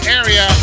area